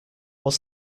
was